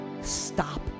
stop